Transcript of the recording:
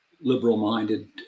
liberal-minded